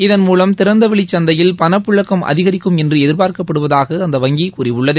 இதன்மூலம் திறந்தவெளி சந்தையில் பணப்பழக்கம் அதிகரிக்கும் என்று எதிபார்க்கப்படுவதாக அந்த வங்கி கூறியுள்ளது